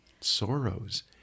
sorrows